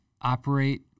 operate